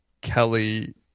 Kelly